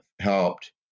helped